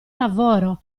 lavoro